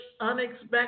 unexpected